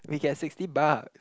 we get sixty bucks